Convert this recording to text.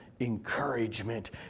Encouragement